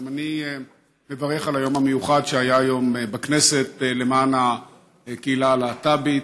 גם אני מברך על היום המיוחד שהיה היום בכנסת למען הקהילה הלהט"בית.